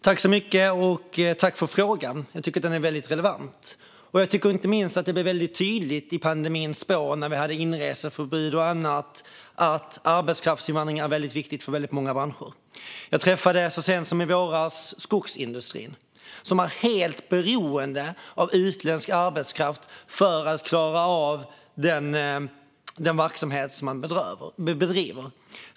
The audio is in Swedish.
Fru talman! Tack, Jonas Andersson, för frågan! Jag tycker att den är relevant, och inte minst tycker jag att det i pandemins spår, med inreseförbud och annat, blir tydligt att arbetskraftinvandring är viktigt för många människor. Jag träffade så sent som i våras skogsindustrin, som är helt beroende av utländsk arbetskraft för att klara av den verksamhet som bedrivs.